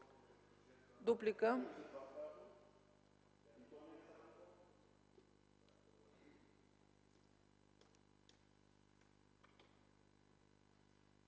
Дуплика